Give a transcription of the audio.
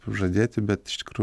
žadėti bet iš tikrųjų